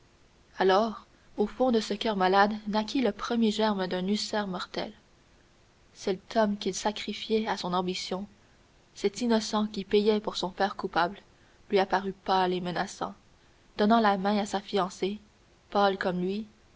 alors au fond de ce coeur malade naquit le premier germe d'un ulcère mortel cet homme qu'il sacrifiait à son ambition cet innocent qui payait pour son père coupable lui apparut pâle et menaçant donnant la main à sa fiancée pâle comme lui